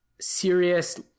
serious